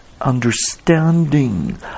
understanding